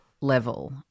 level